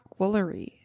Woolery